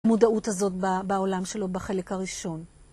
המודעות הזאת בעולם שלו בחלק הראשון.